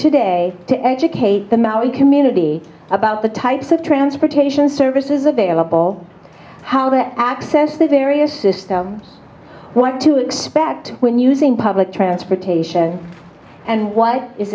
today to educate the maori community about the types of transportation services available how to access the various systems what to expect when using public transportation and what is